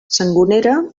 sangonera